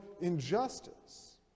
injustice